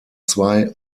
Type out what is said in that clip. zwei